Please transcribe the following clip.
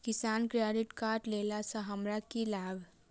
किसान credit card लेला सऽ हमरा की लाभ?